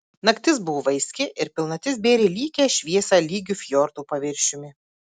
naktis buvo vaiski ir pilnatis bėrė lygią šviesą lygiu fjordo paviršiumi